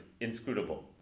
inscrutable